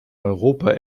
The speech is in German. europa